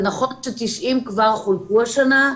זה נכון ש-90 כבר חולקו השנה,